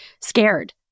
scared